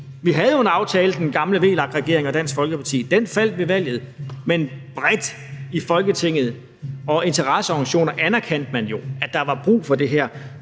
komme her i 2021. Den gamle VLAK-regering og Dansk Folkeparti havde jo en aftale. Den faldt ved valget, men bredt i Folketinget og i interesseorganisationer anerkendte man jo, at der var brug for det her.